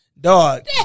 Dog